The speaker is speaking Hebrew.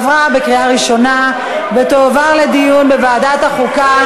לוועדת החוקה,